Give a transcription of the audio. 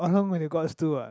oh along with the Gods two ah